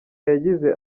yagize